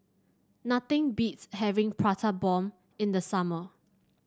nothing beats having Prata Bomb in the summer